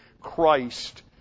Christ